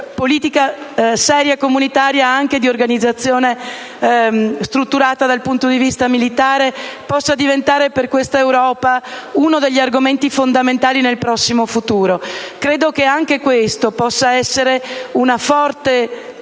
politica comunitaria di difesa e di organizzazione strutturata dal punto di vista militare possa diventare per questa Europa uno degli argomenti fondamentali nel prossimo futuro. Credo che anche questo possa essere un forte